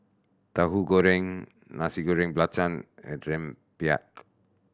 Tauhu Goreng Nasi Goreng Belacan and rempeyek